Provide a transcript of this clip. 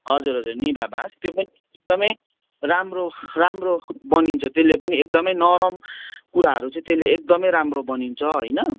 हजुर हजुर निभा बाँस त्यो पनि एकदमै राम्रो राम्रो बनिन्छ त्यसले पनि एकदमै नरम कुराहरू चाहिँ त्यसले एकदमै राम्रो बनिन्छ होइन